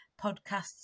podcasts